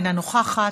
אינה נוכחת,